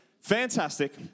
Fantastic